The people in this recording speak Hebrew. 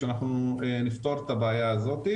שאנחנו נפתור את הבעיה הזו.